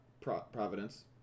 Providence